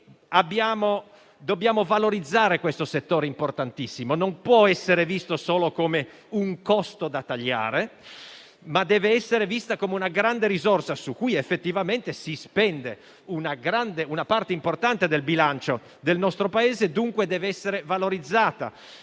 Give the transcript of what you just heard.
dobbiamo valorizzare questo settore importantissimo, che non può essere visto solo come un costo da tagliare, ma come una grande risorsa su cui effettivamente si spende una parte importante del bilancio del nostro Paese e dunque dev'essere valorizzata;